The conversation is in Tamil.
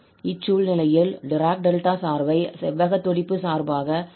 இச்சூழ்நிலையில் டிராக் டெல்டா சார்பை செவ்வக துடிப்பு சார்பாக கற்பனை செய்து கொள்வோம்